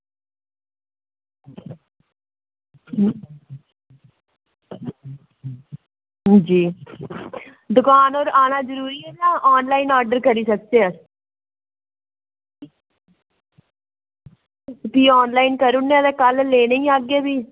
हां जी दकान उप्पर आना जरूरी ऐ जां आनलाइन आर्डर करी सकचै फ्ही आनलाइन करी ओड़ने आं ते कल लैने गी आह्गे फ्ही